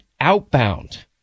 outbound